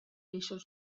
eixos